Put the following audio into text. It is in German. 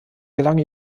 gelang